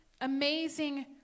amazing